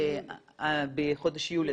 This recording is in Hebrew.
בחודש יולי,